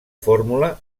fórmula